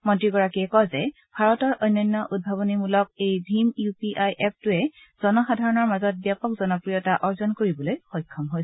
মন্ত্ৰীগৰাকীয়ে কয় যে ভাৰতৰ অনন্য উদ্ভাৱনীমূলক এই ভীম ইউ পি আই এপটো জনসাধাৰণৰ মাজত ব্যাপক জনপ্ৰিয়তা অৰ্জন কৰিবলৈ সক্ষম হৈছে